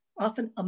often